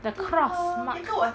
the cross mark